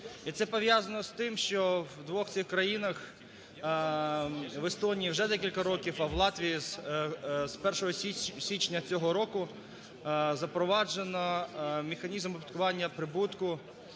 І це пов'язано з тим, що в двох цих країнах, в Естонії вже декілька років, а в Латвії з 1 січня цього року запроваджено механізм оподаткування прибутку